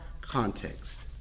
context